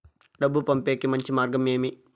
డబ్బు పంపేకి మంచి మార్గం ఏమి